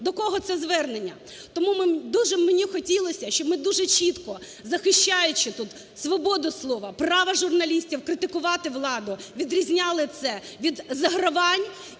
До кого це звернення? Тому дуже мені хотілося, щоб ми дуже чітко, захищаючи тут свободу слова, право журналістів критикувати владу, відрізняли це від загравань